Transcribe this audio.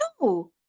No